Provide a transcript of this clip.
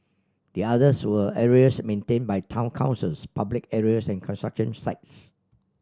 the others were areas maintained by town councils public areas and construction sites